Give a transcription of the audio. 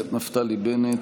רווחה, תעסוקה,